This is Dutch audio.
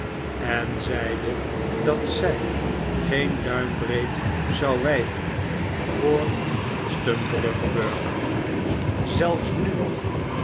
en zeide dat zij geen duimbreed zou wijken voor een stumperigen burger zelfs nu nog